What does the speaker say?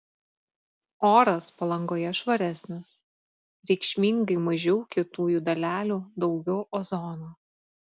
oras palangoje švaresnis reikšmingai mažiau kietųjų dalelių daugiau ozono